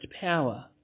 power